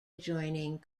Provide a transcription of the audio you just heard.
adjoining